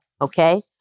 okay